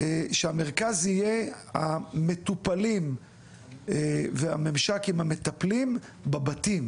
שהמרכז יהיה המטופלים והממשק עם המטפלים בבתים,